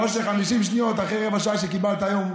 משה, 50 שניות אחרי רבע שעה שקיבלת היום.